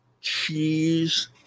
cheese